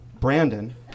Brandon